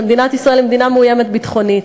שמדינת ישראל היא מדינה מאוימת ביטחונית.